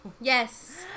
Yes